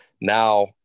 Now